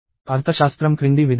అర్థశాస్త్రం క్రింది విధంగా ఉంది